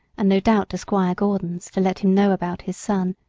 and no doubt to squire gordon's, to let him know about his son.